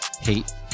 hate